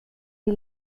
die